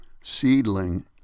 seedling